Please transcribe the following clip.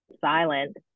silent